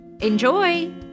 Enjoy